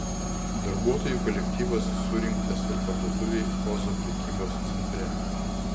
darbuotojų kolektyvas surinktas ir parduotuvei ozo prekybos centre